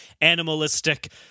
animalistic